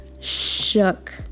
shook